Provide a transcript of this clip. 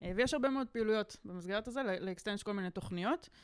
ויש הרבה מאוד פעילויות במסגרת הזאת, לאקסטנדג' כל מיני תוכניות.